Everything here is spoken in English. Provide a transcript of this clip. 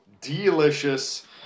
delicious